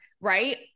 right